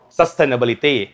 sustainability